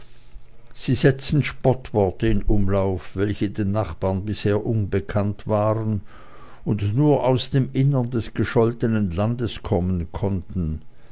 sie setzten spottworte in umlauf welche den nach baren bisher unbekannt gewesen waren und nur aus dem innern des gescholtenen landes kommen konnten